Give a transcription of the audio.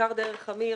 בעיקר דרך אמיר